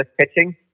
pitching